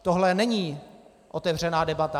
Tohle není otevřená debata.